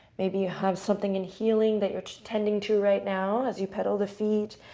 maybe you have something in healing that you're tending to right now. as you pedal the feet,